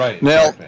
Now